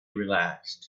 relaxed